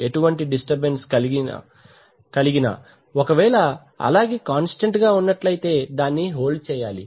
ఎటువంటి డిస్టర్బెన్స్ కలిగినా ఒకవేళ అలాగే కాంస్టంట్ గా ఉన్నట్లయితే దాన్ని హోల్డ్ చేయాలి